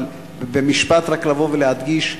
במשפט, רק לבוא ולהדגיש.